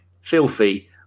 Filthy